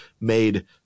made